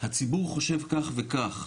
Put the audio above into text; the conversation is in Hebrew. הציבור חושב כך וכך.